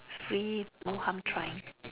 free no harm trying